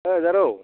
ओइ जारौ